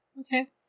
okay